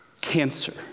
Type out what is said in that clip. Cancer